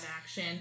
action